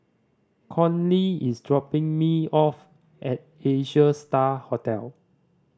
Conley is dropping me off at Asia Star Hotel